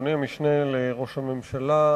אדוני המשנה לראש הממשלה,